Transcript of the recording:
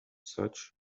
such